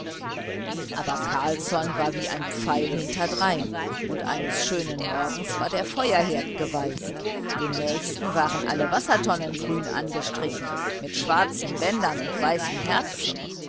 aber carlsson war wie ein pfeil hinterdrein und eines schönen morgens war der feuerherd geweißt den nächsten waren alle wassertonnen grün angestrichen mit schwarzen bändern und weißen herzen